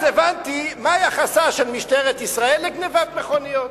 אז הבנתי מה יחסה של משטרת ישראל לגנבת מכוניות.